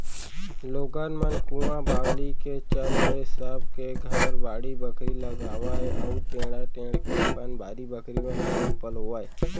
लोगन मन कुंआ बावली के चल ले सब के घर बाड़ी बखरी लगावय अउ टेड़ा टेंड़ के अपन बारी बखरी म पानी पलोवय